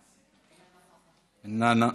איננה.